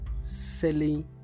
selling